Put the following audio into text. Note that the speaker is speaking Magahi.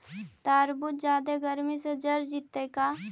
तारबुज जादे गर्मी से जर जितै का?